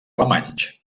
alemanys